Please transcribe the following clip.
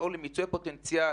לפעול למיצוי הפוטנציאל,